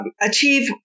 achieve